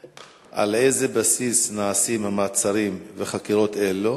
2. על איזה בסיס נעשים מעצרים וחקירות אלו,